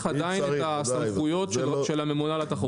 עדיין את הסמכויות של הממונה על התחרות.